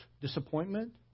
disappointment